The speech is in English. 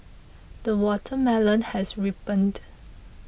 the watermelon has ripened